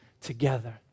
together